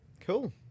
Cool